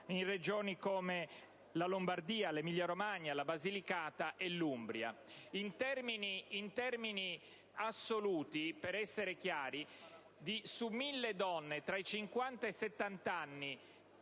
in Regioni come la Lombardia, l'Emilia-Romagna, la Basilicata e l'Umbria. In termini assoluti, per essere chiari, su 1.000 donne tra i 50 e i 70 anni,